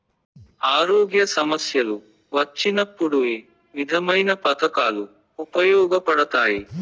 ఆరోగ్య సమస్యలు వచ్చినప్పుడు ఏ విధమైన పథకాలు ఉపయోగపడతాయి